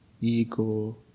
ego